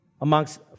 amongst